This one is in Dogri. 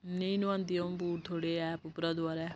नेईं नुआंदी अ'ऊं बूट थुआढ़े ऐप उप्परा दबारै